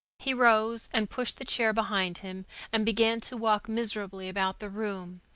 he rose and pushed the chair behind him and began to walk miserably about the room,